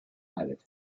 added